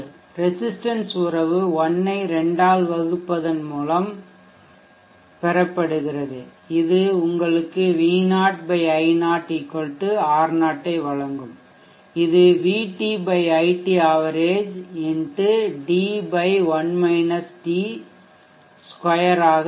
resistance உறவு 1 ஐ 2 ஆல் வகுக்கப்படுவதன் மூலம் பெறப்படுகிறது இது உங்களுக்கு V0 I0 R0 ஐ வழங்கும் இது VT IT average x d 2 ஆக இருக்கும்